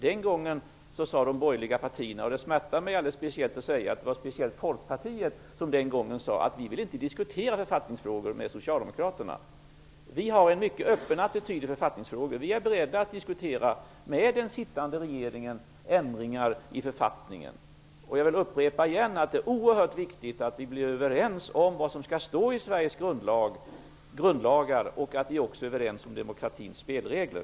Den gången sade de borgerliga partierna -- och det smärtar mig alldeles speciellt att säga att särskilt Folkpartiet framhöll detta -- att de inte ville diskutera författningsfrågor med Socialdemokraterna. Vi socialdemokrater har en mycket öppen attityd i författningsfrågor. Vi är beredda att diskutera ändringar i författningen med den sittande regeringen. Jag vill återigen upprepa att det är oerhört viktigt att vi blir överens om vad som skall stå i Sveriges grundlagar och att vi också är överens om demokratins spelregler.